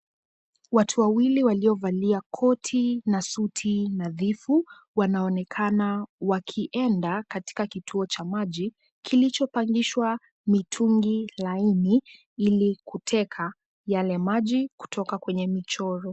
Watu wawili waliovalia koti na suti nadhifu wanaonekana wakienda katika kituo cha maji kilichopandishwa mitungi laini ili kuteka yale maji kutoka kwenye michoro.